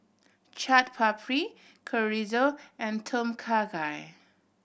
Chaat Papri Chorizo and Tom Kha Gai